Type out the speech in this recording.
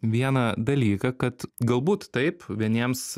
vieną dalyką kad galbūt taip vieniems